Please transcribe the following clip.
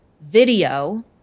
video